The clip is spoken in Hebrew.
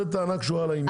זאת טענה שקשורה לעניין.